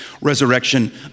resurrection